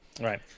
Right